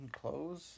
close